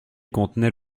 contenait